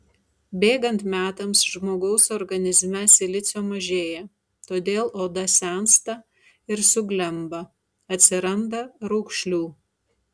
bėgant metams žmogaus organizme silicio mažėja todėl oda sensta ir suglemba atsiranda raukšlių